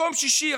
מקום שישי,